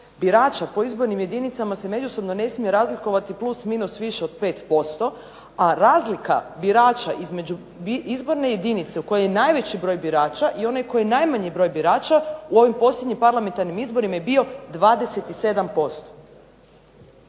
birača po izbornim jedinicama se međusobno ne smije razlikovati plus minus više od 5%, a razlika birača između izborne jedinice u kojoj je najveći broj birača i u onoj u kojoj je najmanji broj birača u ovim posljednjim parlamentarnim izborima je bio 27%.